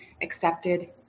accepted